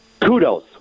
kudos